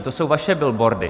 To jsou vaše billboardy.